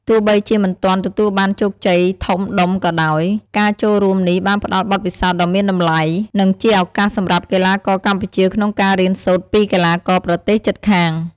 ទោះបីជាមិនទាន់ទទួលបានជោគជ័យធំដុំក៏ដោយ ការចូលរួមនេះបានផ្តល់បទពិសោធន៍ដ៏មានតម្លៃ និងជាឱកាសសម្រាប់កីឡាករកម្ពុជាក្នុងការរៀនសូត្រពីកីឡាករប្រទេសជិតខាង។